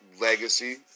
Legacy